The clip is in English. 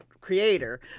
creator